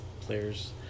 players